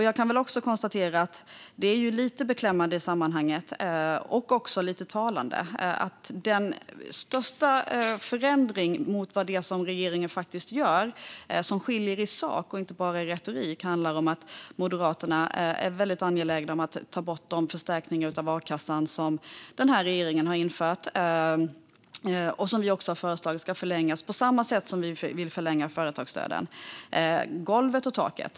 Jag kan även konstatera att det är lite beklämmande i sammanhanget, och även lite talande, att den största skillnaden mot det som regeringen faktiskt gör och det som skiljer i sak, och inte bara i retorik, handlar om att Moderaterna är väldigt angelägna om att ta bort de förstärkningar av akassan som regeringen har infört. Vi har också föreslagit att de ska förlängas på samma sätt som vi vill förlänga företagsstöden. Det handlar om golvet och taket.